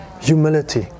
humility